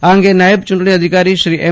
આ અંગે નાયબ ચ્રંટણી અધિકારી શ્રી એમ